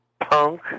punk